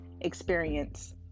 experience